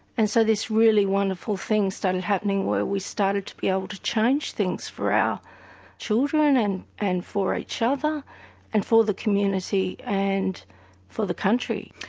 and so this really wonderful thing started happening where we started to be able to change things for our children and and for each other and for the community and for the country.